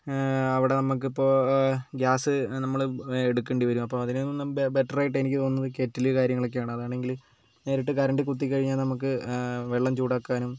അവിടെ നമുക്ക് ഇപ്പോൾ ഗ്യാസ് നമ്മൾ എടുക്കേണ്ടി വരും അപ്പോൾ അതിനും ബെറ്റർ ആയിട്ട് എനിക്ക് തോന്നുന്നത് കെറ്റിൽ കാര്യങ്ങളൊക്കെയാണ് അതാണെങ്കിൽ നേരിട്ട് കറണ്ട് കുത്തി കഴിഞ്ഞാൽ നമുക്ക് വെള്ളം ചൂടാക്കാനും